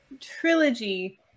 trilogy